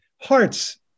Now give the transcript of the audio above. hearts